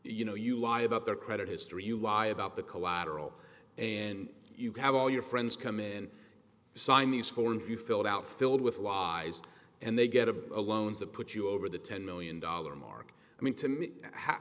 you know you lie about their credit history you lie about the collateral and you have all your friends come in and sign these forms you filled out filled with lies and they get a loans that put you over the ten million dollar mark i mean to me h